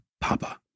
Papa